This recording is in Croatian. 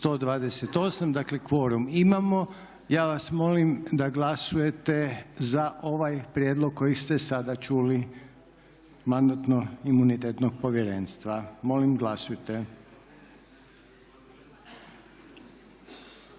128, dakle kvorum imamo. Ja vas molim da glasujte za ovaj prijedlog koji ste sada čuli mandatno imunitetnog povjerenstva. Molim glasujte.